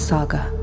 Saga